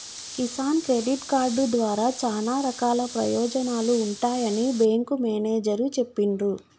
Kisan credit card ద్వారా చానా రకాల ప్రయోజనాలు ఉంటాయని బేంకు మేనేజరు చెప్పిన్రు